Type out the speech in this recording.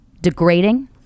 degrading